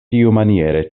tiumaniere